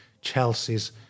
Chelsea's